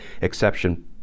exception